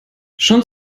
schon